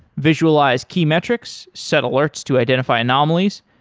visualize key metrics, set alerts to identify anomalies,